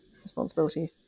responsibility